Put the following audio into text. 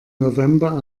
november